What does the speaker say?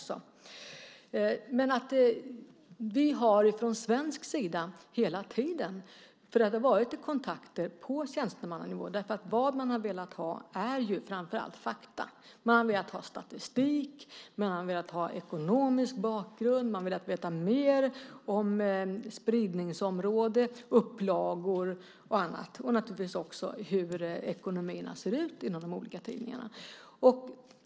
Vi har från svensk sida hela tiden haft kontakter på tjänstemannanivå därför att vad man har velat ha är framför allt fakta. Man har velat ha statistik och ekonomisk bakgrund, och man har velat veta mer om spridningsområden, upplagor och naturligtvis också om hur ekonomin ser ut på de olika tidningarna.